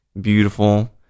beautiful